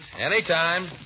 Anytime